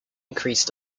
increased